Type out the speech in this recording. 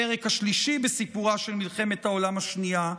הפרק השלישי בסיפורה של מלחמת העולם השנייה,